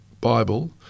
Bible